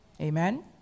Amen